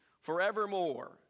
forevermore